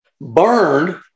burned